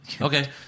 Okay